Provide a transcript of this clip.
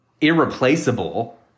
Irreplaceable